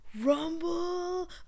rumble